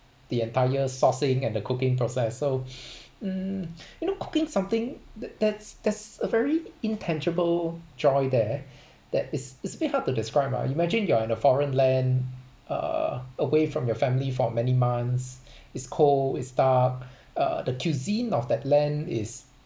the entire sourcing and the cooking process so um you know cooking something th~ that's that's a very intangible joy there that it's it's a bit hard to describe lah imagine you're in a foreign land uh away from your family for many months it's cold it's dark uh the cuisine of that land is